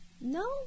no